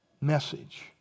message